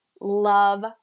love